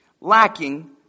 Lacking